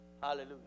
Hallelujah